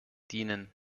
dienen